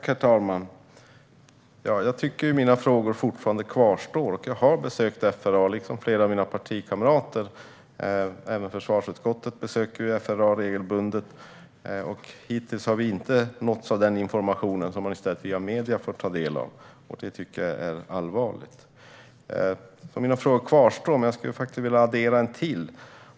Herr talman! Mina frågor kvarstår. Jag har besökt FRA, liksom flera av mina partikamrater. Även försvarsutskottet besöker FRA regelbundet. Hittills har vi inte nåtts av informationen, som vi i stället har fått ta del av via medierna. Det tycker jag är allvarligt. Mina frågor kvarstår alltså, men jag vill addera en till.